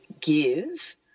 give